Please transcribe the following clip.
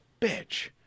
bitch